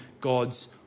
God's